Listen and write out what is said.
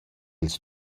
ils